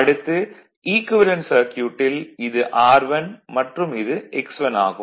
அடுத்து ஈக்குவேலன்ட் சர்க்யூட்டில் இது R1 மற்றும் இது X1 ஆகும்